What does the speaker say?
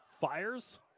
fires